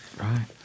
Right